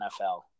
NFL